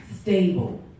Stable